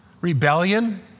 Rebellion